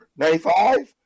95